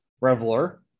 reveler